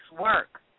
work